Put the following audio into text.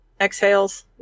exhales